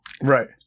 Right